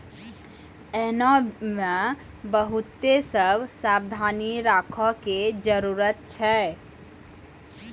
एहनो मे बहुते सभ सावधानी राखै के जरुरत छै